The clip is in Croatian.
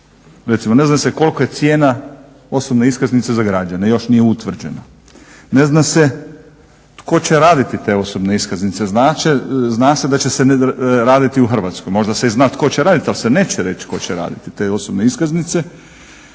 Recimo ne zna se kolika je cijena osobne iskaznice za građane, još nije utvrđeno. Ne zna se tko će raditi te osobne iskaznice. Zna se da će se raditi u Hrvatskoj, možda se i zna tko će raditi, ali se neće raditi tko će raditi te osobne iskaznice.